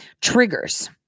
triggers